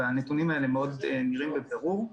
והדברים האלה נראים בבירור.